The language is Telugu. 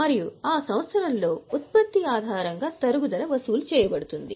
మరియు ఆ సంవత్సరంలో ఉత్పత్తి ఆధారంగా తరుగుదల వసూలు చేయబడుతుంది